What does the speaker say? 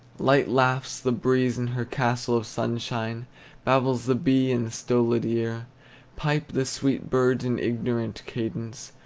light laughs the breeze in her castle of sunshine babbles the bee in a stolid ear pipe the sweet birds in ignorant cadence,